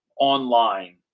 online